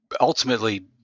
ultimately